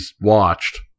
watched